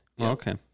Okay